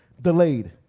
delayed